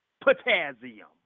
potassium